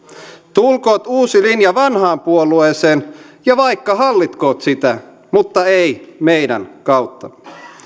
tulkoot uusi linja vanhaan puolueeseen ja vaikka hallitkoot sitä mutta ei meidän kauttamme